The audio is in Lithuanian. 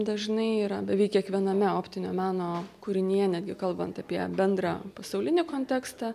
dažnai yra beveik kiekviename optinio meno kūrinyje netgi kalbant apie bendrą pasaulinį kontekstą